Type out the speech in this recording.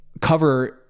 cover